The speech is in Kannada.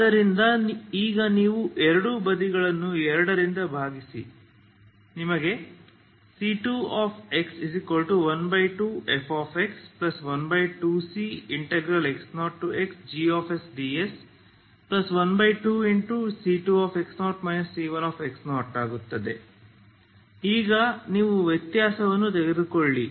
ಆದ್ದರಿಂದ ಈಗ ನೀವು ಎರಡೂ ಬದಿಗಳನ್ನು 2 ರಿಂದ ಭಾಗಿಸಿ c2x12fx12cx0xgsds12c2x0 c1 ಈಗ ನೀವು ವ್ಯತ್ಯಾಸವನ್ನು ತೆಗೆದುಕೊಳ್ಳಿ